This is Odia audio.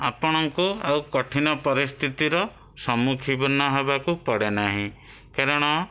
ଆପଣଙ୍କୁ ଆଉ କଠିନ ପରିସ୍ଥିତିର ସମ୍ମୁଖୀନ ହେବାକୁ ପଡ଼େ ନାହିଁ କାରଣ